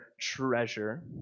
treasure